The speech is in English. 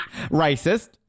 Racist